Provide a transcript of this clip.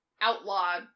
outlawed